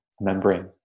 Membrane